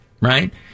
right